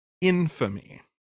infamy